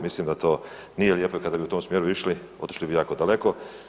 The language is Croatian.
Mislim da to nije lijepo i kada bi u tom smjeru išli otišli bi jako daleko.